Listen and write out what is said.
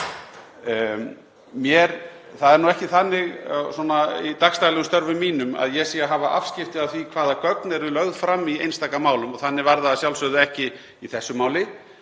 Það er ekki þannig í daglegum störfum mínum að ég sé að hafa afskipti af því hvaða gögn eru lögð fram í einstaka málum og þannig var það að sjálfsögðu ekki í þessu máli.